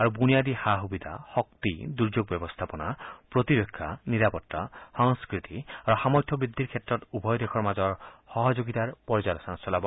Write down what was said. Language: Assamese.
আৰু বুনিয়াদী সা সুবিধা শক্তি দুৰ্যোগ ব্যৱস্থাপনা প্ৰতিৰক্ষা নিৰাপতা সংস্কৃতি আৰু সামৰ্থ্য বৃদ্ধিৰ ক্ষেত্ৰত উভয়দেশৰ মাজৰ সহযোগিতাৰ পৰ্যালোচনা চলাব